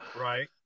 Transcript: Right